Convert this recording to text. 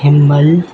हिनमहिल